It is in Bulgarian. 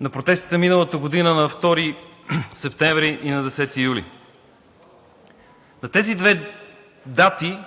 на протестите миналата година на 2 септември и на 10 юли. На тези две дати,